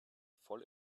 voll